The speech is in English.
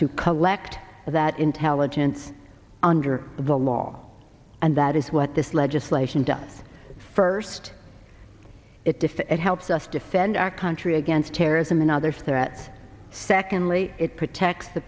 to collect that intelligence under the law and that is what this legislation does first it to fit it helps us defend our country against terrorism and other threats secondly it protects the